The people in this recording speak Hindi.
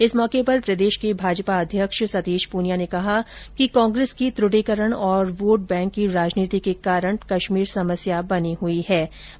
इस मौके पर प्रदेश के भाजपा अध्यक्ष सतीश प्रनिया ने कहा कि कांग्रेस की त्रुटिकरण और वोट बैंक की राजनीति के कारण कश्मीर समस्या बनी हुई थी